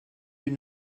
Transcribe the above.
une